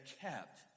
kept